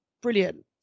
Brilliant